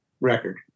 record